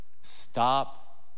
Stop